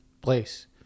place